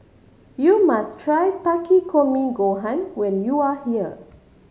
you must try Takikomi Gohan when you are here